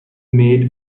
made